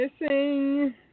missing